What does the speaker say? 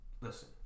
listen